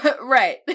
Right